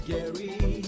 Gary